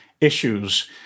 issues